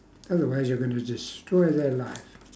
otherwise you're gonna destroy their life